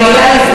אני רגילה,